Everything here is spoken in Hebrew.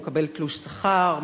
הוא מקבל תלוש שכר,